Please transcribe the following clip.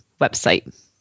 website